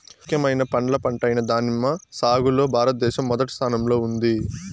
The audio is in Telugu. ముఖ్యమైన పండ్ల పంట అయిన దానిమ్మ సాగులో భారతదేశం మొదటి స్థానంలో ఉంది